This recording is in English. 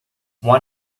why